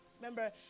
Remember